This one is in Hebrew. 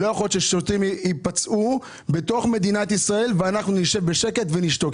לא יכול להיות ששוטרים ייפצעו בתוך מדינת ישראל ואנחנו נשב בשקט ונשתוק.